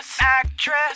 actress